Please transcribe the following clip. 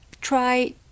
try